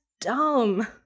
dumb